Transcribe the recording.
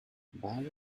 buy